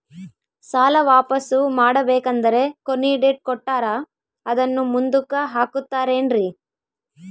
ಸಾಲ ವಾಪಾಸ್ಸು ಮಾಡಬೇಕಂದರೆ ಕೊನಿ ಡೇಟ್ ಕೊಟ್ಟಾರ ಅದನ್ನು ಮುಂದುಕ್ಕ ಹಾಕುತ್ತಾರೇನ್ರಿ?